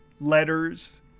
letters